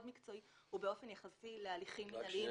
מקצועי ובאופן יחסי להליכים אחרים יעיל.